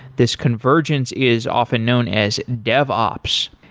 this convergence is often known as devops.